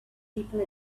people